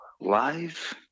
live